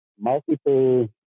multiple